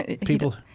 people